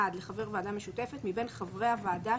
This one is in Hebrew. לחבר ועדה משותפת מבין חברי הוועדה,